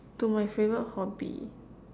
to my favourite hobby